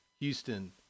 Houston